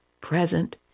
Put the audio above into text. present